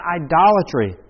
idolatry